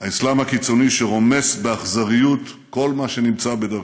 האסלאם הקיצוני שרומס באכזריות כל מה שנמצא בדרכו.